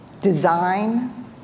design